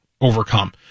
overcome